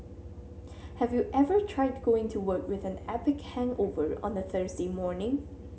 have you ever tried going to work with an epic hangover on a Thursday morning